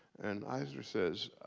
and eisner says,